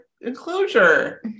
enclosure